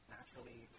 Naturally